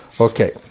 Okay